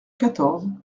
quatorze